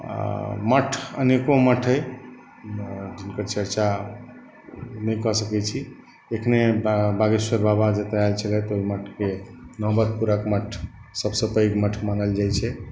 आ मठ अनेकों मठ अछि उँ जिनकर चर्चा नहि कऽ सकै छी एखने बागेश्वर बाबा जतय आयल छलथि ओ मठके नौबतपुरक मठ सबसॅं पैघ मठ मानल जाइ छै